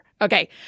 Okay